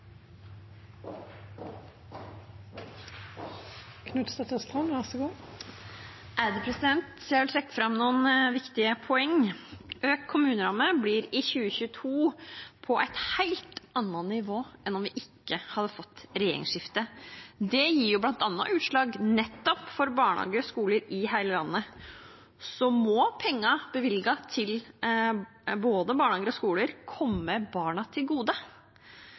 Jeg vil trekke fram noen viktige poeng. Økt kommuneramme blir i 2022 på et helt annet nivå enn om vi ikke hadde fått regjeringsskifte. Det gir bl.a. utslag for barnehager og skoler i hele landet. Pengene som er bevilget til både barnehager og skoler, må komme barna til gode.